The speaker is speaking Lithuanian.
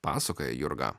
pasakoja jurga